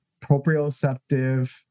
proprioceptive